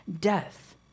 death